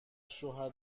شوهر